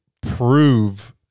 prove